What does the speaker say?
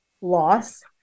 Loss